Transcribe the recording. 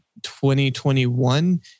2021